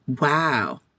Wow